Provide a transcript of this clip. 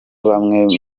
bamwe